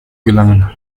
gelangen